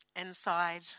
inside